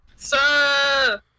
Sir